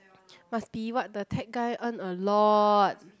must be what the tech guy earn a lot